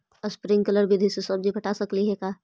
Sprinkle विधि से सब्जी पटा सकली हे?